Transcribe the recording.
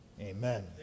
Amen